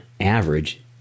average